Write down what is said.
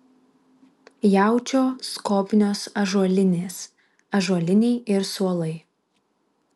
jaučio skobnios ąžuolinės ąžuoliniai ir suolai